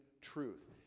truth